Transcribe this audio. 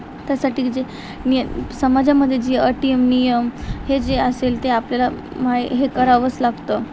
त्यासाठी जे निय समाजामध्ये जे अटी नियम हे जे असेल ते आपल्याला मान्य हे करावंच लागतं